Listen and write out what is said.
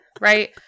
right